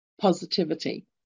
positivity